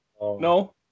No